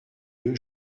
deux